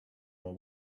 are